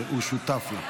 שהוא שותף לה,